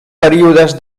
períodes